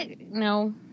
no